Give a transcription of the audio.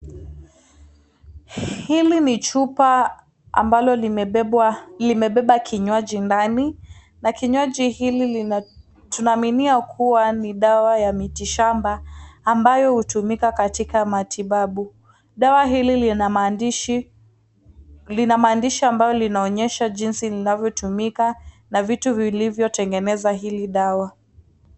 Hili ni chupa ambalo limebeba kinywaji ndani, na kinywaji hili lina tunaaminia kuwa ni dawa ya mitishamba ambayo hutumika katika matibabu. Dawa hili lina maandishi, ambayo linaonyesha jinsi linavyoyumika na vitu vilivyotengeneza hili dawa.